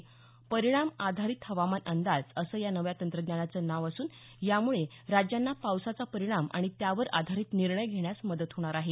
परिणाम आधारित हवामान अंदाज असं या नव्या तंत्रज्ञानाचं नाव असून यामुळे राज्यांना पावसाचा परिणाम आणि त्यावर आधारित निर्णय घेण्यास मदत होणार आहे